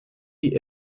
die